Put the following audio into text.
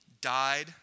died